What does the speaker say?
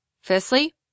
firstly